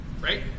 right